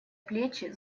плечи